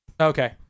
Okay